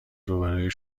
روبروی